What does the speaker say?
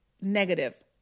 negative